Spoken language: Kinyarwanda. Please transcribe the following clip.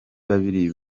babiri